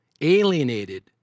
alienated